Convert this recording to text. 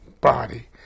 body